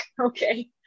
okay